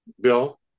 Bill